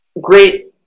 great